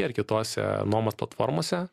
ir kitose nuomos platformose